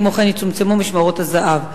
כמו כן, יצומצמו משמרות הזה"ב.